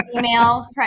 female